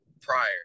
prior